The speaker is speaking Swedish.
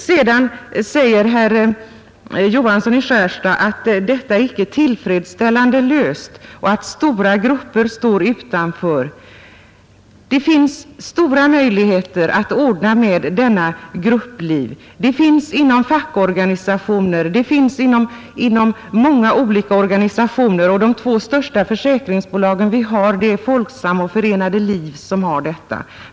Herr Johansson säger att detta icke är tillfredsställande löst och att stora grupper står utanför. Men det finns goda möjligheter att ordna med gruppliv — det finns inom fackorganisationer, det finns inom många andra organisationer. De två största försäkringsbolagen i vårt land har detta; det är Folksam och Förenade liv.